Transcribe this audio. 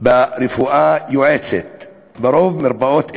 ברפואה יועצת ברוב מרפאות אלו,